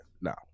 no